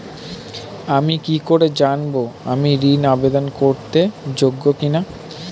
আমি কি করে জানব আমি ঋন আবেদন করতে যোগ্য কি না?